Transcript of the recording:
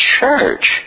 Church